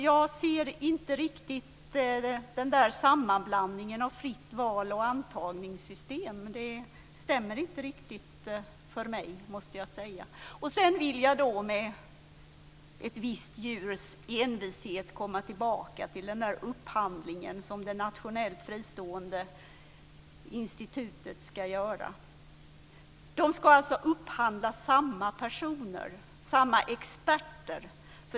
Jag ser inte riktigt sammanblandningen av fritt val och antagningssystem. Det stämmer inte riktigt för mig, måste jag säga. Med ett visst djurs envishet vill jag komma tillbaka till upphandlingen som det nationellt fristående institutet ska göra. De ska alltså upphandla samma personer, samma experter.